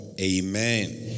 Amen